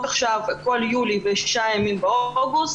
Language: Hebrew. עכשיו כל יולי ושישה ימים באוגוסט,